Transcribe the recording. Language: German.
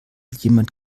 jemand